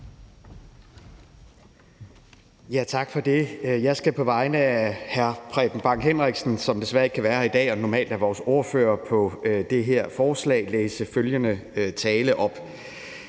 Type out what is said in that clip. Tak for det. Jeg skal på vegne af hr. Preben Bang Henriksen, som desværre ikke kan være her i dag og normalt er vores ordfører på det her forslag, læse følgende tale op: